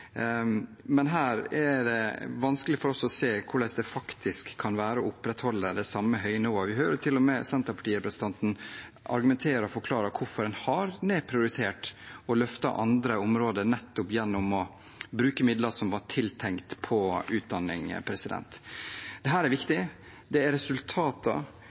se hvordan dette faktisk kan være å opprettholde det samme høye nivået. Vi hørte til og med Senterparti-representanten argumentere og forklare hvorfor en har nedprioritert dette og løftet andre områder, nettopp gjennom å bruke midler som var tiltenkt utdanning. Dette er viktig. Resultatet er